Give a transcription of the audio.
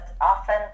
often